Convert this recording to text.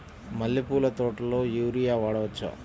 మల్లె పూల తోటలో యూరియా వాడవచ్చా?